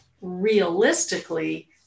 realistically